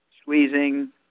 squeezing